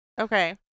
Okay